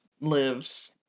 lives